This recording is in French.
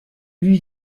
lui